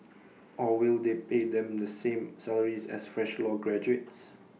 or will they pay them the same salaries as fresh law graduates